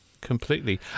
Completely